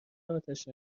آتش